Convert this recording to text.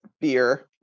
beer